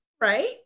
right